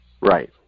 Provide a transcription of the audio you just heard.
Right